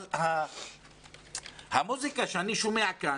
אבל המוזיקה שאני שומע כאן,